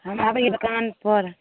हम आबैत हियै दोकान पर